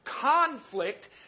conflict